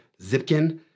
Zipkin